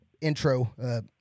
intro